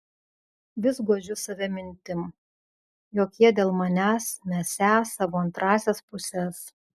vis guodžiu save mintim jog jie dėl manęs mesią savo antrąsias puses